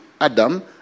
Adam